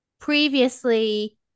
Previously